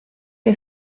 que